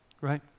Right